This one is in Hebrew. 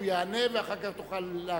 הוא יענה, ואחר כך תוכל להרחיב.